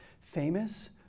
famous